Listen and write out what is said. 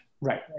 right